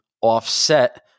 offset